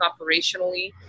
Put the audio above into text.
operationally